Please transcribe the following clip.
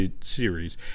series